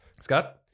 Scott